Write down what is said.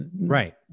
Right